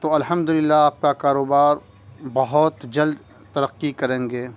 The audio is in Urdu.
تو الحمد للہ آپ کا کاروبار بہت جلد ترقی کریں گے